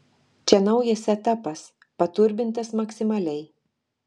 čia naujas setapas paturbintas maksimaliai